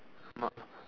ma~